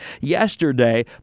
Yesterday